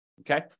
okay